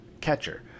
catcher